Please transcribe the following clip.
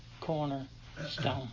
cornerstone